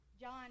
John